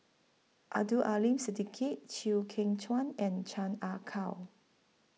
Abdul Aleem Siddique Chew Kheng Chuan and Chan Ah Kow